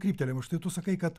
kryptelėjimu štai tu sakai kad